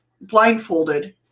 blindfolded